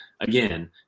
Again